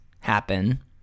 happen